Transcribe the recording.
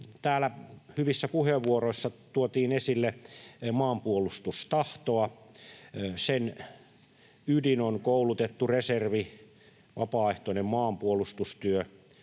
Täällä hyvissä puheenvuoroissa tuotiin esille maanpuolustustahtoa. Sen ydin on koulutettu reservi ja vapaaehtoinen maanpuolustustyö,